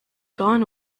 gone